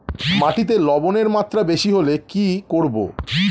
মাটিতে লবণের মাত্রা বেশি হলে কি করব?